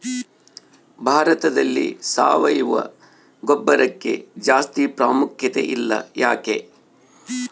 ಭಾರತದಲ್ಲಿ ಸಾವಯವ ಗೊಬ್ಬರಕ್ಕೆ ಜಾಸ್ತಿ ಪ್ರಾಮುಖ್ಯತೆ ಇಲ್ಲ ಯಾಕೆ?